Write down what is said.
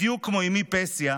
בדיוק כמו אימי פסיה,